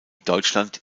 deutschland